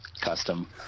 Custom